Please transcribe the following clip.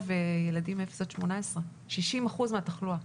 ילדים מגיל אפס עד 18. 60 אחוזים מהתחלואה.